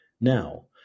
now